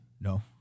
No